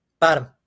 bottom